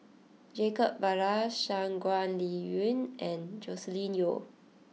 Jacob Ballas Shangguan Liuyun and Joscelin Yeo